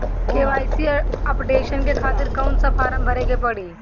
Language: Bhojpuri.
के.वाइ.सी अपडेशन के खातिर कौन सा फारम भरे के पड़ी?